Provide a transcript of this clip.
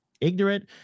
ignorant